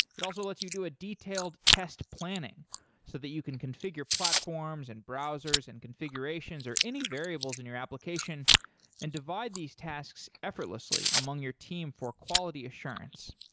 it also lets you do a detailed test planning so that you can configure platforms and browsers and configurations or any variables in your application and divide these tasks effortlessly among your team for quality assurance.